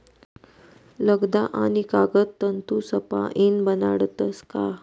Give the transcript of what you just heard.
लगदा आणि कागद तंतूसपाईन बनाडतस का